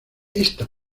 esta